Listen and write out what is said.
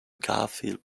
garfield